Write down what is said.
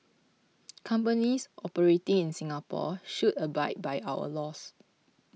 companies operating in Singapore should abide by our laws